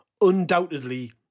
undoubtedly